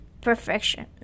perfection